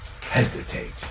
hesitate